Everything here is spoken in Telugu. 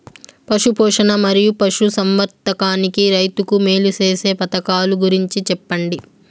పశు పోషణ మరియు పశు సంవర్థకానికి రైతుకు మేలు సేసే పథకాలు గురించి చెప్పండి?